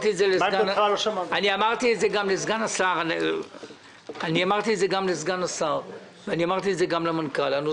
אמרתי לסגן השר וגם למנכ"ל שאני מבקש